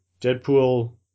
Deadpool